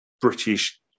british